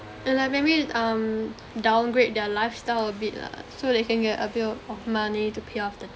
and like maybe um downgrade their lifestyle a bit lah so they can get a bit of money to pay off the